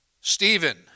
Stephen